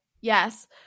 yes